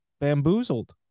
bamboozled